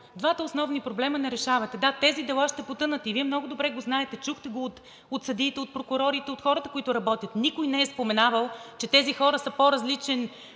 Двата основни проблема не решавате. Да, тези дела ще потънат и Вие много добре го знаете, чухте го от съдиите, от прокурорите, от хората, които работят. Никой не е споменавал, че тези хора са по-добри